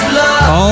love